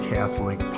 Catholic